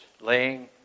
laying